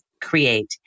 create